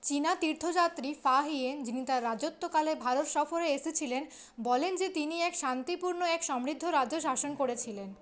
চীনা তীর্থযাত্রী ফাহিয়েন যিনি তাঁর রাজত্বকালে ভারত সফরে এসেছিলেন বলেন যে তিনি এক শান্তিপূর্ণ এবং সমৃদ্ধ রাজ্য শাসন করেছিলেন